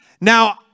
Now